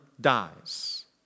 dies